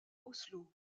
oslo